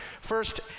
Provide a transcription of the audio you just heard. First